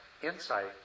Insight